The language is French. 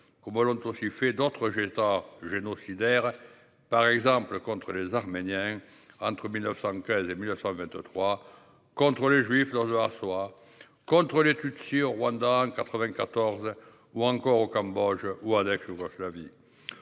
comme l'ont aussi fait d'autres. Génocidaires. Par exemple contre les Arméniens entre 1915 et 1923 contre les juifs lors de soit contre l'étude sur Rwanda en 94 ou encore au Cambodge ou Radek Yougoslavie.